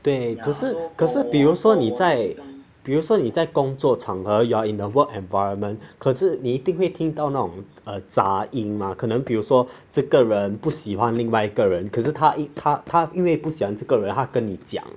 对可是可是比如说你在比如说你在工作场合 you are in the work environment 可是你一定会听到那种杂音嘛可能比如说这个人不喜欢另外一个人可是他一他他因为不喜欢这个人他跟你讲